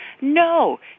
No